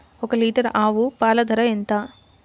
ఒక్క లీటర్ ఆవు పాల ధర ఎంత?